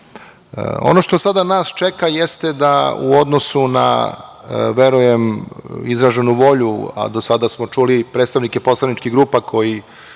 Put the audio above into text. što sada nas čeka jeste da u odnosu na, verujem, izraženu volju, a do sada smo čuli predstavnike poslaničkih grupa koji